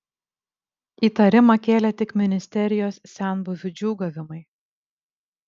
įtarimą kėlė tik ministerijos senbuvių džiūgavimai